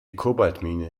kobaltmine